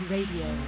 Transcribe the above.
Radio